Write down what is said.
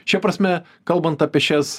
šia prasme kalbant apie šias